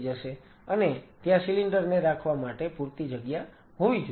અને ત્યાં સિલિન્ડર ને રાખવા માટે પૂરતી જગ્યા હોવી જોઈએ